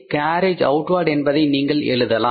carriage outward என்பதை நீங்கள் எழுதலாம்